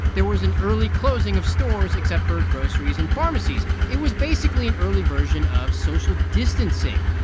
there was an early closing of stores, except for groceries and pharmacies. it was basically an early version of social distancing,